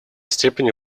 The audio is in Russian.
степени